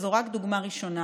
וזו רק דוגמה ראשונה,